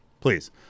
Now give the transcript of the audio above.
Please